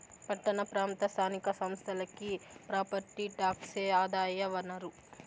పట్టణ ప్రాంత స్థానిక సంస్థలకి ప్రాపర్టీ టాక్సే ఆదాయ వనరు